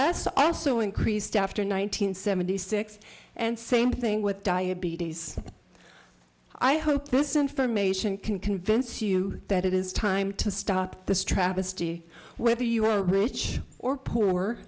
s also increased after one nine hundred seventy six and same thing with diabetes i hope this information can convince you that it is time to stop this travesty whether you are rich or poor